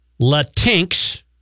Latinx